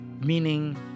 meaning